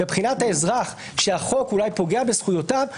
מבחינת האזרח שהחוק אולי פוגע בזכויותיו,